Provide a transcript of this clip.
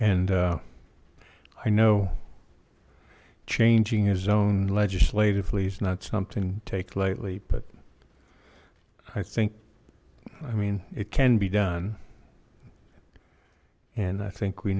and i know changing his own legislatively is not something to take lightly but i think i mean it can be done and i think we